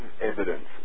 evidence